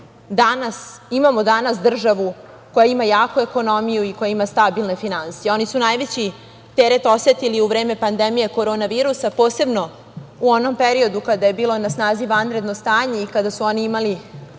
podršci imamo danas državu koja ima jaku ekonomiju i koja ima stabilne finansije. Oni su najveći teret osetili u vreme pandemije korona virusa, posebno u onom periodu kada je bilo na snazi vanredno stanje i kada su oni imali